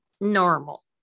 normal